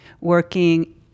working